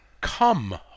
Come